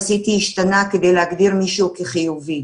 השתנה כדי להגדיר מישהו כחיובי.